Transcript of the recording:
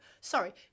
sorry